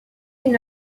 une